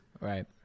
Right